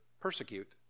persecute